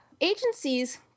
Agencies